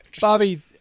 Bobby